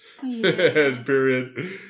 Period